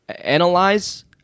analyze